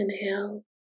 inhale